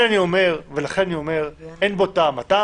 מה העניין?